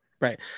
Right